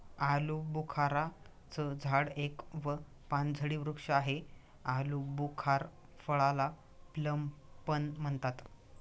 आलूबुखारा चं झाड एक व पानझडी वृक्ष आहे, आलुबुखार फळाला प्लम पण म्हणतात